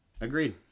Agreed